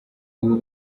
ubu